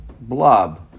blob